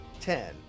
ten